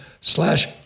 slash